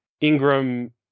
Ingram